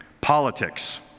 Politics